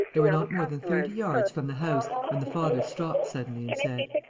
they were not more than thirty yards from the house, when the father stopped suddenly and said